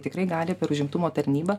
tikrai gali per užimtumo tarnybą